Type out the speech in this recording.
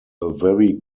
very